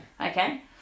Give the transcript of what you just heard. Okay